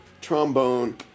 trombone